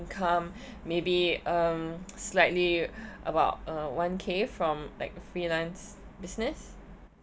income maybe um slightly about uh one K from like freelance business